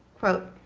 quote,